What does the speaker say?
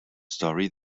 story